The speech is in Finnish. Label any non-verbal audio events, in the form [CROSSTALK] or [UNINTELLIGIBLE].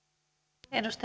arvoisa [UNINTELLIGIBLE]